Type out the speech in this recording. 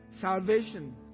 salvation